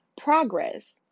progress